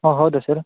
ಓ ಹೌದಾ ಸರ್